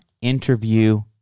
interview